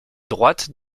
droite